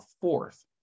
fourth